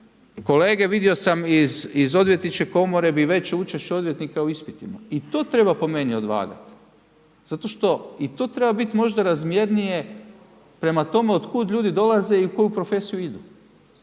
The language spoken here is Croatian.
kolege, vidio sam iz odvjetničke komore, bi veće učešće odvjetnika u ispitima i to treba po meni odvagat. Zato što i to treba bit možda razmjernije prema tome od kud ljudi dolaze i u koju profesiju idu.